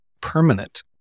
permanent